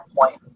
point